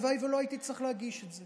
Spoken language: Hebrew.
הלוואי שלא הייתי צריך להגיש את זה